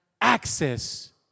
access